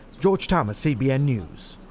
george thomas, cbn news.